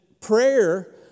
prayer